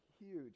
huge